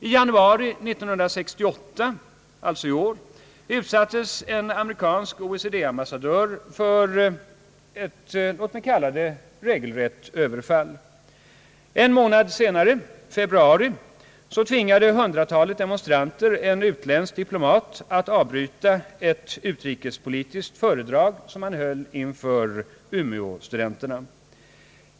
I januari 1968 utsattes en amerikansk OECD-ambassadör för ett, låt mig kalla det, regelrätt överfall. En månad senare, i februari, tvingade hundrätalet demonstranter en utländsk diplomat att avbryta ett utrikespolitiskt föredrag som han höll inför Umeåstudenterna.